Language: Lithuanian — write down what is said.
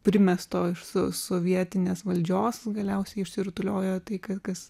primesto iš so sovietinės valdžios galiausiai išsirutuliojo tai k kas